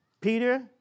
Peter